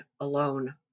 alone